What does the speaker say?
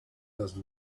those